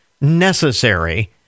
necessary